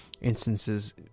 instances